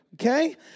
okay